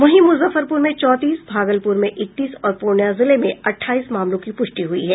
वहीं मुजफ्फरपुर में चौंतीस भागलपुर में इकतीस और पूर्णिया जिले में अठाईस मामलों की पुष्टि हुई है